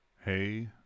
Hey